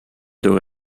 door